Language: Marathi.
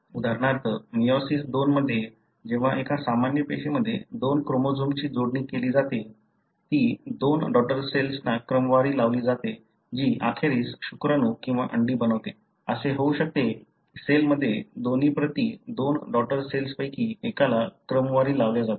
उदाहरणार्थ मेयोसिस II मध्ये जेव्हा एका सामान्य पेशीमध्ये दोन क्रोमोझोम्सची जोडणी केली जाते ती दोन डॉटर सेल्सना क्रमवारी लावली जाते जी अखेरीस शुक्राणू किंवा अंडी बनवते असे होऊ शकते की सेलमध्ये दोन्ही प्रती दोन डॉटर सेल्स पैकी एकाला क्रमवारी लावल्या जातात